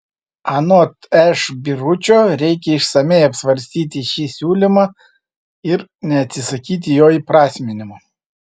anot š biručio reikia išsamiai apsvarstyti šį siūlymą ir neatsisakyti jo įprasminimo